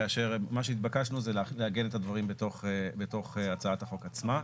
כאשר מה שהתבקשנו זה לעגן את הדברים בתוך הצעת החוק עצמה.